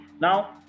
Now